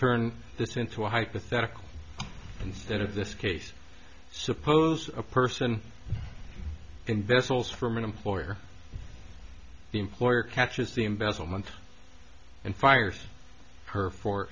this into a hypothetical instead of this case suppose a person in vessels from an employer the employer catches the embezzlement and fired her for